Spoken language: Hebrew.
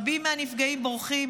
רבים מהנפגעים בורחים,